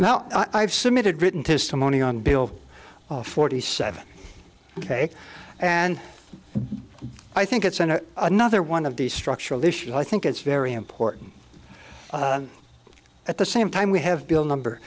now i've submitted written testimony on bill forty seven ok and i think it's an another one of these structural issues i think it's very important at the same time we have bill number